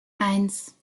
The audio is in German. eins